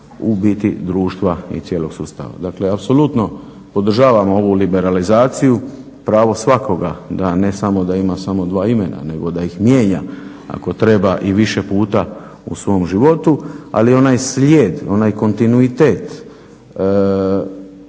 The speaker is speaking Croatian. u biti društva i cijelog sustava. Dakle, apsolutno podržavam ovu liberalizaciju, pravo svakoga da ne samo da ima samo dva imena nego da ih mijenja ako treba i više puta u svom životu. Ali onaj slijed, onaj kontinuitet